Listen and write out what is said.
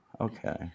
Okay